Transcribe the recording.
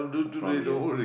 from your